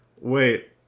Wait